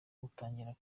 utangiye